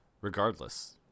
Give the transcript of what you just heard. regardless